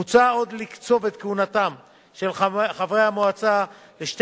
מוצע עוד לקצוב את כהונתם של חברי המועצה לשתי